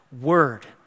word